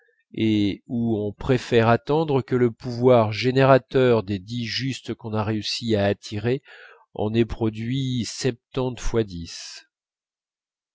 et où on préfère attendre que le pouvoir générateur des dix justes qu'on a réussi à attirer en ait produit septante fois dix